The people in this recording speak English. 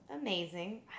amazing